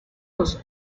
los